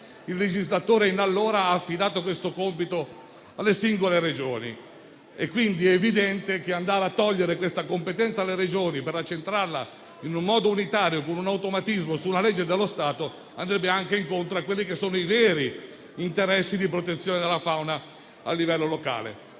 il legislatore ha affidato questo compito alle singole Regioni. È pertanto evidente che andare a togliere questa competenza alle Regioni per accentrarla in modo unitario con un automatismo su una legge dello Stato andrebbe anche contro i veri interessi di protezione della fauna a livello locale.